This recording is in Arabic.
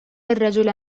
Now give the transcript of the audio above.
الرجل